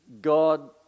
God